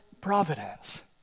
providence